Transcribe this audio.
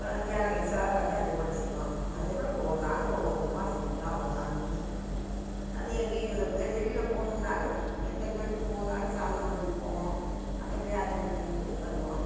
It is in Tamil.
அப்புறம் வியாழக்கெழம செவ்வாக்கெழமையும் அதேப்போல் செய்வோம் அதேப்போல் ஒவ்வொரு நாளும் ஒவ்வொரு விதமாக செஞ்சுட்டுதான் வர்றோம் சாமிக்கு அதே எங்கேயும் இது வேறு வெளியில் போகணுமுன்னாலும் எந்த கோவிலுக்கு போகணுன்னாலும் அம்மன் கோவிலுக்கு போவோம் அங்கே போய் அர்ச்சனை பண்ணிட்டு வருவோம்